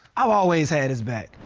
i always had his back.